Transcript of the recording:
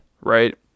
right